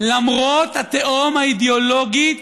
למרות התהום האידיאולוגית